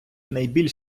найбільш